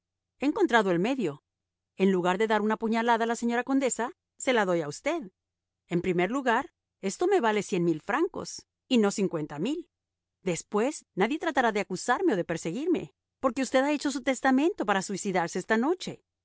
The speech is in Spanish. he encontrado el medio en lugar de dar una puñalada a la señora condesa se la doy a usted en primer lugar esto me vale cien mil francos y no cincuenta mil después nadie tratará de acusarme o de perseguirme porque usted ha hecho su testamento para suicidarse esta noche